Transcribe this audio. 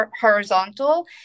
horizontal